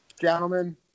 Gentlemen